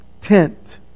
tent